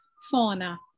fauna